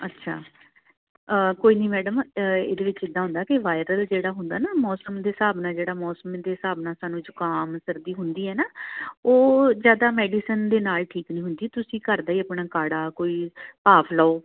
ਅੱਛਾ ਕੋਈ ਨਹੀਂ ਮੈਡਮ ਇਹਦੇ ਵਿੱਚ ਇੱਦਾਂ ਹੁੰਦਾ ਕਿ ਵਾਇਰਲ ਜਿਹੜਾ ਹੁੰਦਾ ਨਾ ਮੌਸਮ ਦੇ ਹਿਸਾਬ ਨਾਲ ਜਿਹੜਾ ਮੌਸਮ ਦੇ ਹਿਸਾਬ ਨਾਲ ਸਾਨੂੰ ਜੁਕਾਮ ਸਰਦੀ ਹੁੰਦੀ ਹੈ ਨਾ ਉਹ ਜ਼ਿਆਦਾ ਮੈਡੀਸਨ ਦੇ ਨਾਲ ਠੀਕ ਨਹੀਂ ਹੁੰਦੀ ਤੁਸੀਂ ਘਰ ਦਾ ਹੀ ਆਪਣਾ ਕਾੜ੍ਹਾ ਕੋਈ ਭਾਫ ਲਓ